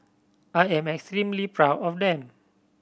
I am extremely proud of them